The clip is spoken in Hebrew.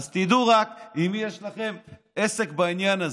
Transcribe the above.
אז תדעו רק עם מי יש לכם עסק בעניין הזה.